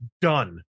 done